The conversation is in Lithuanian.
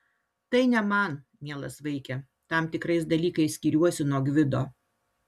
tai ne man mielas vaike tam tikrais dalykais skiriuosi nuo gvido